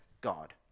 God